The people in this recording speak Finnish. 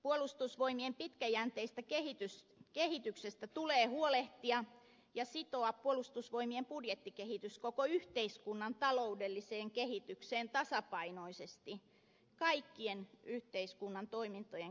puolustusvoimien pitkäjänteisestä kehityksestä tulee huolehtia ja sitoa puolustusvoimien budjettikehitys koko yhteiskunnan taloudelliseen kehitykseen tasapainoisesti kaikkien yhteiskunnan toimintojen kanssa